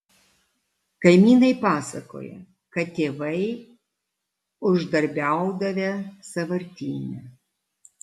kaimynai pasakoja kad tėvai uždarbiaudavę sąvartyne